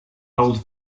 held